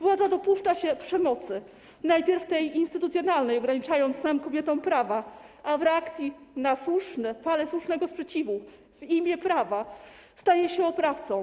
Władza dopuszcza się przemocy, najpierw tej instytucjonalnej, ograniczając nam, kobietom, prawa, a w reakcji na falę słusznego sprzeciwu w imię prawa staje się oprawcą.